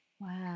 Wow